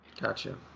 Gotcha